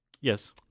Yes